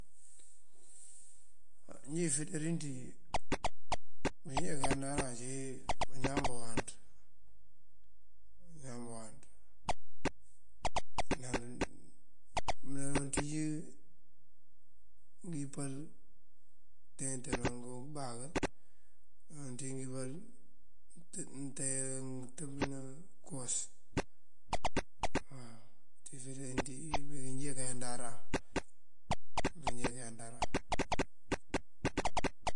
Á njí ifeţar njí banjee kayandaran ací bañaan bawáanţ, bañaan bawáanţ. nëloŋ aţíj ngёyipal ngёntaanjá ngёtёb ná ngëbáakër, nëloŋ aţíj ngёyipal ngёntaanjá ngёtёb ná këwas waw. ţí ifeţar yaŋ injee kayandaran, ngul ngí jee kayandaran.